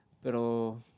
pero